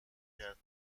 کرد